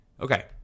okay